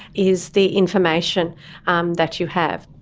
is the information um that you have.